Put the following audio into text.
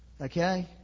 Okay